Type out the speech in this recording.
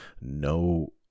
no